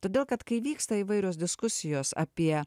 todėl kad kai vyksta įvairios diskusijos apie